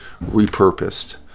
repurposed